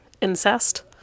incest